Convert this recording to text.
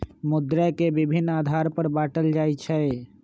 मुद्रा के विभिन्न आधार पर बाटल जाइ छइ